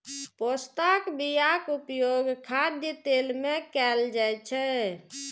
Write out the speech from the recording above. पोस्ताक बियाक उपयोग खाद्य तेल मे कैल जाइ छै